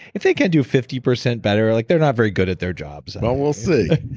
if they can't do fifty percent better, like they're not very good at their jobs and oh, we'll see.